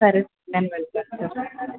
సరే సార్ నేను వెళ్తున్నా సార్